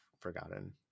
forgotten